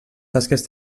tasques